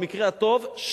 במקרה הטוב,